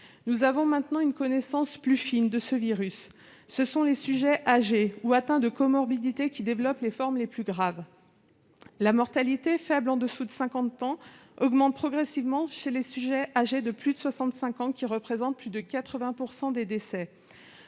Nous avons maintenant une connaissance plus fine de ce virus et nous savons que ce sont les sujets âgés ou atteints de comorbidités qui développent les formes les plus graves. La mortalité, faible en dessous de 50 ans, augmente progressivement chez les sujets âgés de plus de 65 ans, qui représentent plus de 80 % des décès.